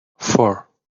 four